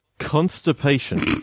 Constipation